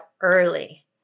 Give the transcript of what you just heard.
early